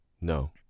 no